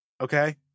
Okay